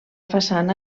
façana